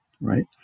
right